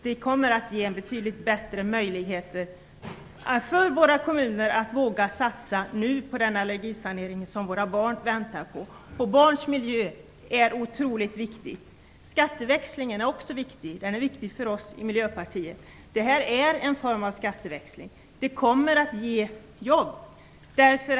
Det kommer att ge kommunerna betydligt bättre möjligheter att nu satsa på den allergisanering som våra barn väntar på. Och barns miljö är otroligt viktig. Skatteväxlingen är viktig också för oss i Miljöpartiet. Det här är en form av skatteväxling. Den kommer att ge jobb.